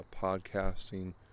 podcasting